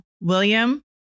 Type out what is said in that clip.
William